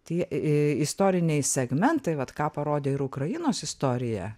tie istoriniai segmentai vat ką parodė ir ukrainos istorija